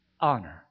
honor